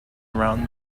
around